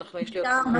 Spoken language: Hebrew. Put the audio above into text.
אנחנו צריכים להתקדם.